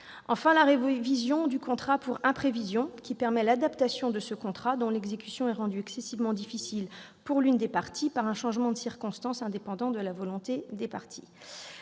Enfin, la révision du contrat pour imprévision, qui permet l'adaptation du contrat dont l'exécution est rendue excessivement difficile pour l'une des parties par un changement de circonstances indépendant de la volonté des parties.